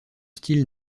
style